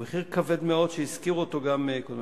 הוא מחיר כבד מאוד, והזכיר אותו גם קודמי.